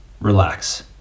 relax